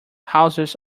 houses